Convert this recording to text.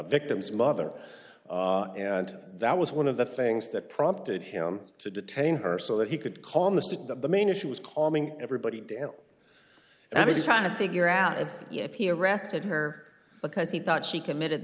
victim's mother and that was one of the things that prompted him to detain her so that he could call mr that the main issue was calming everybody do and i was trying to figure out if if he arrested her because he thought she committed the